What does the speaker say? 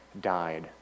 died